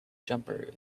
jumper